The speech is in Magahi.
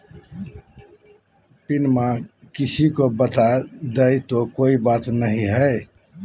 पिनमा किसी को बता देई तो कोइ बात नहि ना?